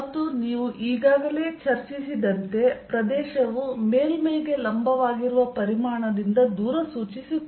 ಮತ್ತು ನೀವು ಈಗಾಗಲೇ ಚರ್ಚಿಸಿದಂತೆ ಪ್ರದೇಶವು ಮೇಲ್ಮೈಗೆ ಲಂಬವಾಗಿರುವ ಪರಿಮಾಣದಿಂದ ದೂರ ಸೂಚಿಸುತ್ತದೆ